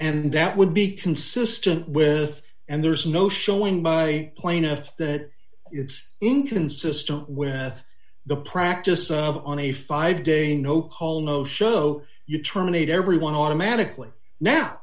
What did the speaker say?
and that would be consistent with and there's no showing by plaintiff that it's inconsistent with the practice of on a five day no call no show you terminate everyone automatically now